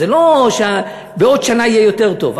זה לא שבעוד שנה יהיה יותר טוב.